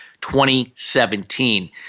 2017